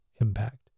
impact